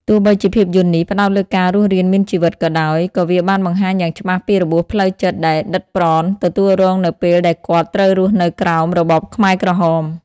ទោះបីជាភាពយន្តនេះផ្តោតលើការរស់រានមានជីវិតក៏ដោយ ក៏វាបានបង្ហាញយ៉ាងច្បាស់ពីរបួសផ្លូវចិត្តដែល ឌិត ប្រន ទទួលរងនៅពេលដែលគាត់ត្រូវរស់នៅក្រោមរបបខ្មែរក្រហម។